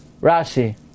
Rashi